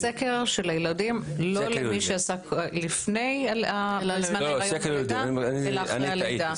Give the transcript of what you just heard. הסקר של הילדים לא למי שעשה בזמן ההיריון אלא אחרי הלידה.